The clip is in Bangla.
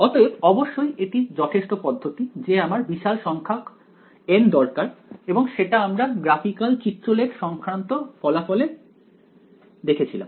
অতএব অবশ্যই এটি যথেষ্ট পদ্ধতি যে আমার বিশাল সংখ্যক N দরকার এবং সেটা আমরা চিত্রলেখ সংক্রান্ত ফলাফল এ দেখেছিলাম